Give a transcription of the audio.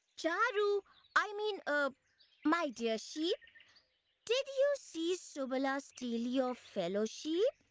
charu i mean, um my dear sheep did you see subala steal your fellow sheep?